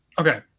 Okay